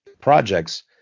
projects